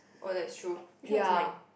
oh that is true which one is mine